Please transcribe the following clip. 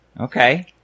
Okay